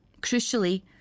Crucially